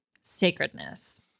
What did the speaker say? sacredness